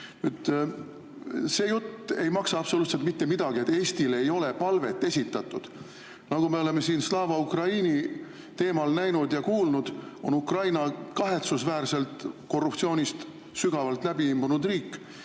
See jutt ei maksa absoluutselt mitte midagi, et Eestile ei ole palvet esitatud. Nagu me oleme siin Slava Ukraini teemal näinud ja kuulnud, on Ukraina kahetsusväärselt korruptsioonist sügavalt läbi imbunud riik.